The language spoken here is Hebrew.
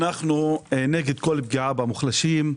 אנחנו נגד כל פגיעה במוחלשים.